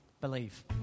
believe